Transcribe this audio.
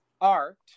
art